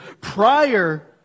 prior